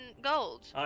gold